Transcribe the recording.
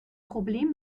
problem